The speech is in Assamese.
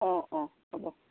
অঁ অঁ হ'ব